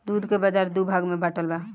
दूध के बाजार दू भाग में बाटल बा